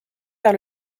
vers